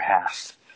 half